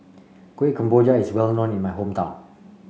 Kuih Kemboja is well known in my hometown